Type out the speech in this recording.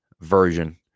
version